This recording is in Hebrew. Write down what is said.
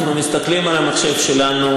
אנחנו מסתכלים על המחשב שלנו,